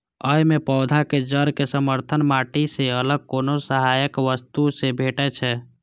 अय मे पौधाक जड़ कें समर्थन माटि सं अलग कोनो सहायक वस्तु सं भेटै छै